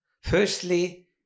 Firstly